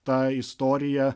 ta istorija